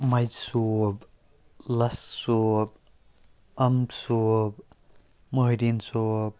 مَجہٕ صوب لَس صوب اَمب صوب مٲہدیٖن صوب